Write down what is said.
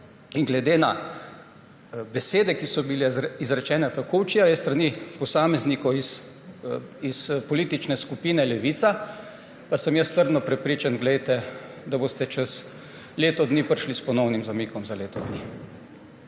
in glede na besede, ki so bile izrečene tako včeraj s strani posameznikov iz politične skupine levica, pa sem jaz trdno prepričan, da boste čez leto dni prišli s ponovim zamikom za leto dni.